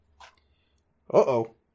Uh-oh